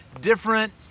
different